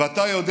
ואתה יודע